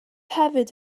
hefyd